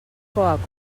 coca